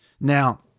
Now